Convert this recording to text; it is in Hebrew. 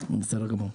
בסדר גמור.